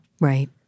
Right